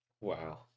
Wow